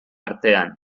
artean